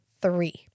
three